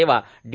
सेवा डी